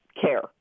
care